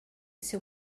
seu